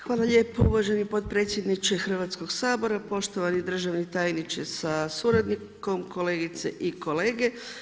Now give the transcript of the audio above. Hvala lijepo uvaženi potpredsjedniče Hrvatskog sabora, poštovani državni tajniče sa suradnikom, kolegice i kolege.